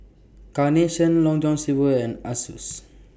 Carnation Long John Silver and Asus